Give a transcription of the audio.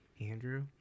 Andrew